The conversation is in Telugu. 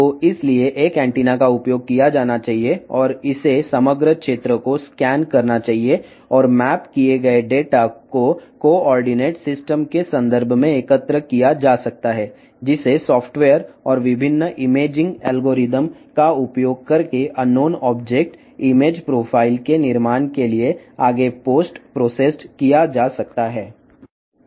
కాబట్టి ఒకే యాంటెన్నా వాడాలి మరియు ఇది మొత్తం ప్రాంతాన్ని స్కాన్ చేయాలి మరియు మ్యాప్ చేసిన డేటాను కోఆర్డినేట్ సిస్టమ్ పరంగా సేకరించవచ్చు ఇది తెలియని ఆబ్జెక్ట్ ఇమేజ్ ప్రొఫైల్ను నిర్మించడానికి సాఫ్ట్వేర్ మరియు వివిధ ఇమేజింగ్ అల్గారిథమ్లను ఉపయోగించి మరింత ప్రాసెస్ చేయవచ్చును